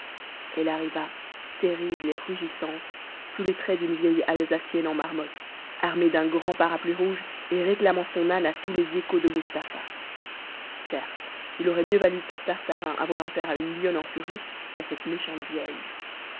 elle arriva terrible et rugissante sous les traits d'une vieille alsacienne en marmotte armée d'un grand parapluie rouge et réclamant son âne à tous les échos de mustapha certes il aurait mieux valu pour tartarin avoir affaire à une lionne en furie qu'à cette méchante vieille